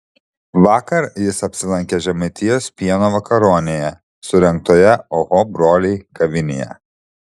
vakar jis apsilankė žemaitijos pieno vakaronėje surengtoje oho broliai kavinėje